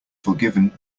forgiven